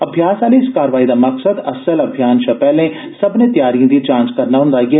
अभ्यास आहली इस कार्रवाई दा मकसद असल अभियान शा पैहले सब्मने तैयारिएं दी जांच करना हुंदा ऐ